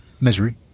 Misery